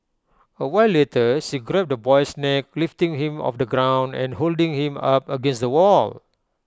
A while later she grabbed the boy's neck lifting him off the ground and holding him up against the wall